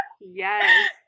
Yes